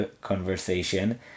conversation